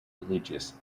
religious